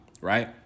right